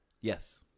Yes